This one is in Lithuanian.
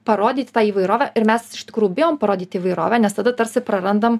parodyt tą įvairovę ir mes iš tikrųjų bijom parodyti įvairovę nes tada tarsi prarandam